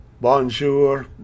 bonjour